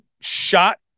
shot